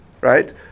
right